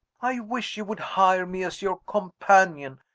i wish you would hire me as your companion,